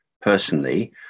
personally